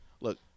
Look